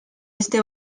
este